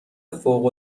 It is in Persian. فوق